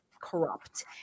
corrupt